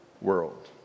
world